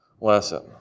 lesson